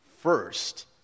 first